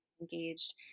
engaged